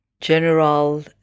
general